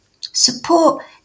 Support